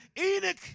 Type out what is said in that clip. Enoch